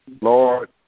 Lord